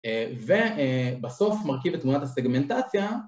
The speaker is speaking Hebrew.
ובסוף מרכיב את תמונת הסגמנטציה